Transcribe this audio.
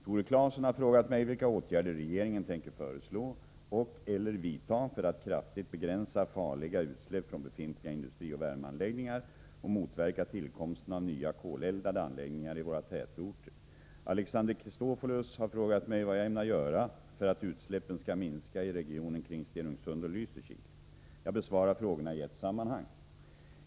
Tore Claeson har frågat mig vilka åtgärder regeringen tänker föreslå och/eller vidta för att kraftigt begränsa farliga utsläpp från befintliga industrioch värmeanläggningar och motverka tillkomsten av nya koleldade anläggningar i våra tätorter. Alexander Chrisopoulos har frågat mig vad jag ämnar göra för att utsläppen skall minska i regionen kring Stenungsund och Lysekil. Jag besvarar frågorna i ett sammanhang.